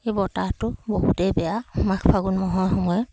সেই বতাহটো বহুতেই বেয়া মাঘ ফাগুন মাহৰ সময়ত